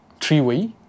Three-way